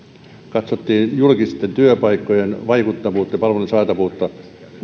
katsottiin julkisten työpaikkojen vaikuttavuutta ja palvelujen saatavuutta osin se